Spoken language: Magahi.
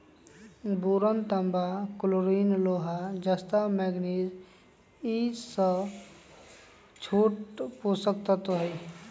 बोरन तांबा कलोरिन लोहा जस्ता मैग्निज ई स छोट पोषक तत्त्व हई